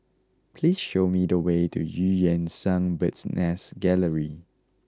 please show me the way to Eu Yan Sang Bird's Nest Gallery